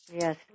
Yes